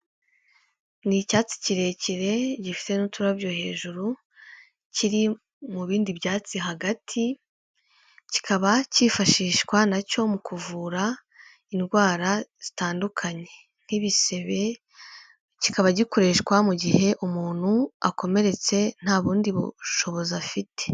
Ni icyatsi kirekire gifite n'uturabyo hejuru kiri mu bindi byatsi hagati kikaba cyifashishwa nacyo mu kuvura indwara zitandukanye nk'ibisebe, kikaba gikoreshwa mu gihe umuntu akomeretse nta bundi bushobozi afite.